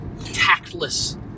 tactless